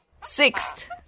Sixth